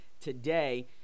today